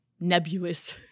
nebulous